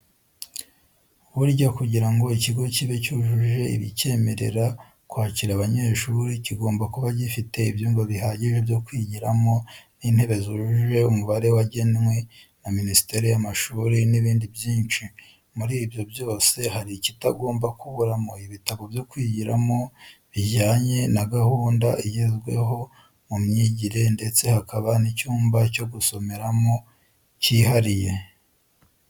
Burya kugira ngo ikigo kibe cyujuje ibicyemerera kwakira abanyeshuri, kigomba kuba gifite ibyumba bihagije byo kwigiramo n'intebe zujuje umubare wagenwe na minisiteri y'amashuri n'ibindi byinshi. Muri ibyo byose hari ikitagomba kuburamo ibitabo byo kwigiramo bijyanye n'agahunda igezweho mu myigire ndetse hakaba n'icyumba cyo gusomeramo cyihariye.